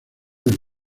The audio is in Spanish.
del